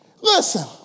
Listen